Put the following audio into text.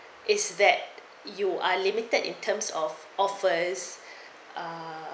is that you are limited in terms of offers ah